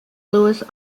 lewis